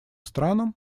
странам